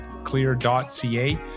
clear.ca